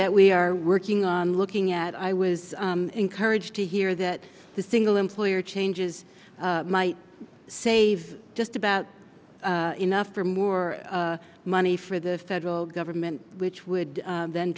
that we are working on looking at i was encouraged to hear that the single employer changes might save just about enough or more money for the federal government which would then